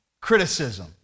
criticism